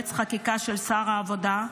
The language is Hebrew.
יועץ חקיקה של שר העבודה,